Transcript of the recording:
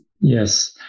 Yes